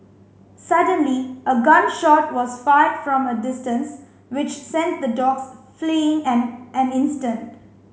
suddenly a gun shot was fired from a distance which sent the dogs fleeing an an instant